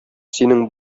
синең